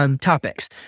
Topics